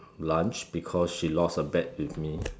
lunch because she lost a bet with me